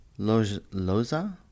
Loza